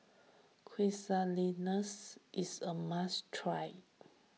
Quesadillas is a must try